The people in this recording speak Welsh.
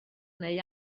neu